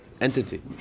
entity